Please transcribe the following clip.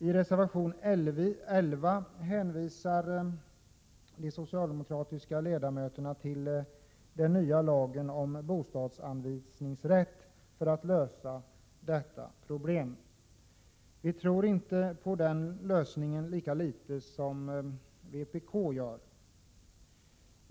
I reservation 11 hänvisar de socialdemokratiska ledamöterna till den nya lagen om bostadsanvisningsrätt för att lösa detta problem. Vi tror inte på den lösningen, lika litet som vpk gör det.